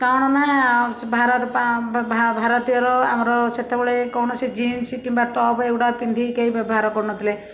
କ'ଣ ନା ଭାରତ ପା ବା ଭାରତୀୟର ଆମର ସେତେବେଳେ କୌଣସି ଜିନ୍ସ କିମ୍ବା ଟପ ଏଗୁଡ଼ା ପିନ୍ଧି କେହି ବ୍ୟବହାର କରୁନଥୁଲେ